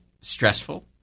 stressful